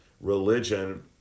religion